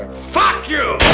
fuck you!